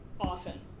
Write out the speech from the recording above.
often